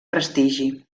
prestigi